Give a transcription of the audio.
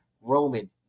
Roman